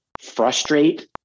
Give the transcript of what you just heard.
frustrate